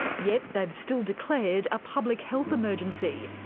yet, they've still declared a public health emergency.